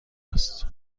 است